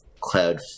Cloud